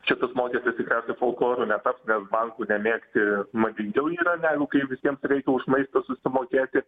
čia tas mokestis tikriausiai folkloru netaps nes bankų nemėgti madingiau yra negu kai visiems reikia už maistą susimokėti